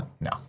No